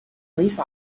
police